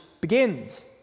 begins